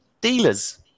dealers